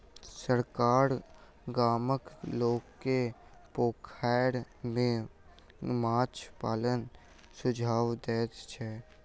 सरकार गामक लोक के पोखैर में माछ पालनक सुझाव दैत छै